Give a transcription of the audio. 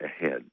ahead